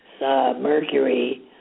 Mercury